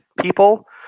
people